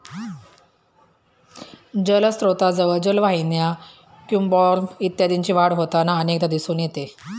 जलस्त्रोतांजवळ जलवाहिन्या, क्युम्पॉर्ब इत्यादींची वाढ होताना अनेकदा दिसून येते